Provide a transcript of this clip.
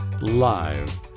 live